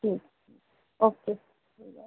ٹھیک اوکے